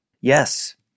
Yes